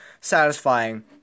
satisfying